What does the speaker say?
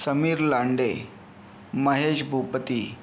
Sameer Lande Mahesh Bhupathi